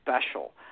special